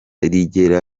rigera